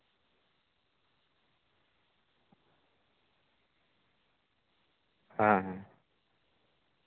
ᱦᱮᱸ ᱦᱮᱸ